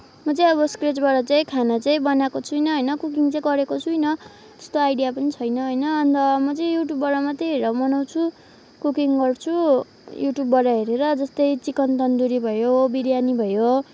म चाहिँ अब स्क्र्याचबाट चाहिँ खाना चाहिँ बनाको छुइनँ होइन कुकिङ चाहिँ गरेको छुइनँ त्यस्तो आइडिया पनि छैन होइन अन्त म चाहिँ युट्युबबाट मात्रै हेरेर बनाउँछु कुकिङ गर्छु युट्युबबाट हेरेर जस्तै चिकन तन्दुरी भयो बिरयानी भयो